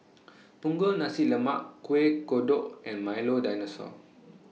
Punggol Nasi Lemak Kueh Kodok and Milo Dinosaur